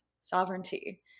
sovereignty